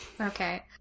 Okay